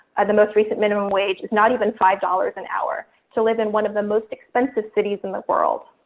the most recent minimum wage is not even five dollars an hour to live in one of the most expensive cities in the world.